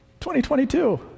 2022